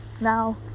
now